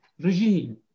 regime